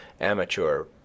amateur